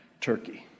Turkey